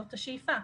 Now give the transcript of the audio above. זאת השאיפה.